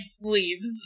leaves